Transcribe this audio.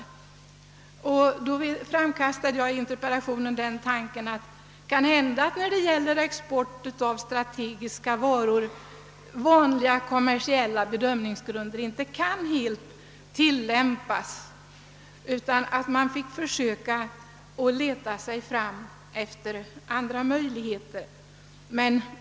Med anledning av detta uttalande framkastade jag i min interpellation den tanken att, när det gäller export av strategiskt viktiga varor, vanliga kommersiella bedömningsgrunder kanske inte kan tillämpas helt utan att man får försöka leta sig fram efter andra linjer.